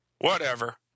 Whatever